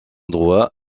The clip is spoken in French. droit